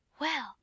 Well